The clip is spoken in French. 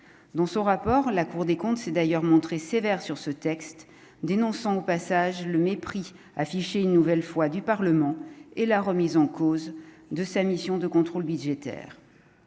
dans son rapport, la Cour des comptes s'est d'ailleurs montré sévère sur ce texte, dénonçant au passage le mépris affiché, une nouvelle fois du Parlement et la remise en cause de sa mission de contrôle budgétaire,